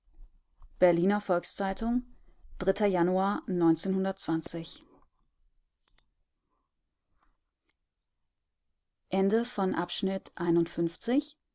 berliner volks-zeitung januar